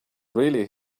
really